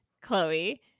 Chloe